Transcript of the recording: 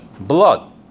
Blood